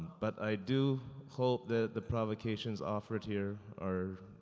but i do hope that the provocations offered here are,